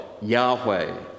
Yahweh